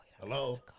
Hello